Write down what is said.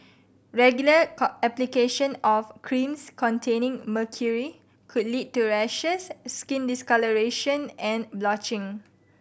regular application of creams containing mercury could lead to rashes skin discolouration and blotching